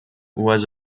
was